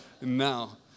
now